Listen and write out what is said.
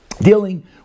dealing